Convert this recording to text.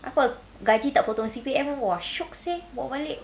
apa gaji tak potong C_P_F !wah! shiok seh bawa balik